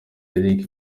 eric